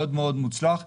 מוצלח מאוד.